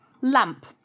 Lamp